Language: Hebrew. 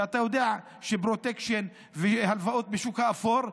ואתה יודע שפרוטקשן והלוואות בשוק האפור,